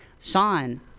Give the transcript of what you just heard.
Sean